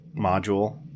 module